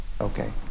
Okay